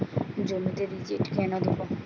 জমিতে রিজেন্ট কেন দেবো?